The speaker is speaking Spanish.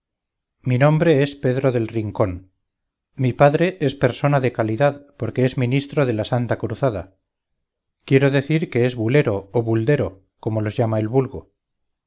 mi nombre es pedro del rincón mi padre es persona de calidad porque es ministro de la santa cruzada quiero decir que es bulero o buldero como los llama el vulgo